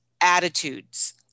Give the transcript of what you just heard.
attitudes